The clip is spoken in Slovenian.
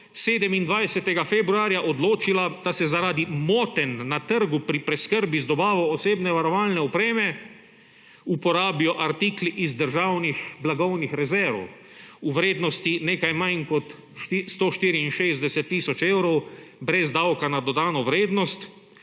27. februarja odločila, da se zaradi motenj na trgu pri preskrbi z dobavo osebne varovalne opreme uporabijo artikli iz državnih blagovnih rezerv v vrednosti nekaj manj kot 164 tisoč evrov brez davka na dodano vrednost,